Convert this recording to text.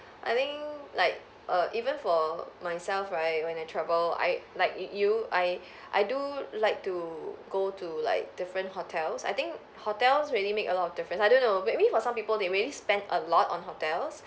I think like err even for myself right when I travel I like you you I I do like to go to like different hotels I think hotels really make a lot of difference I don't know maybe for some people they really spend a lot on hotels